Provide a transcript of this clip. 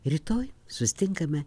rytoj susitinkame